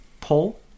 pull